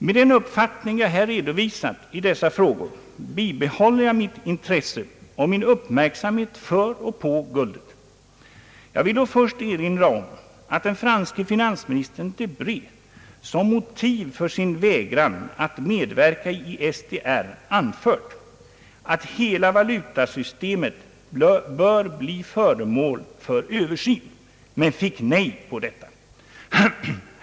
Med den uppfattning jag här redovisat i dessa frågor bibehåller jag mitt intresse för och min uppmärksamhet riktad på guldet. Jag vill då först erinra om att den franske finansministern Debré som motiv för sin vägran att medverka i SDR anfört att hela valutasystemet bör bli föremål för översyn men fick nej på detta.